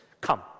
Come